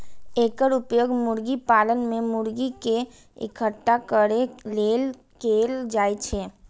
एकर उपयोग मुर्गी पालन मे मुर्गी कें इकट्ठा करै लेल कैल जाइ छै